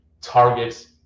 targets